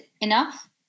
enough